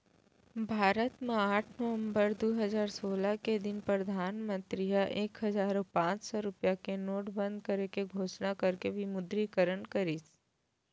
भारत म आठ नवंबर दू हजार सोलह के दिन परधानमंतरी ह एक हजार अउ पांच सौ रुपया के नोट बंद करे के घोसना करके विमुद्रीकरन करिस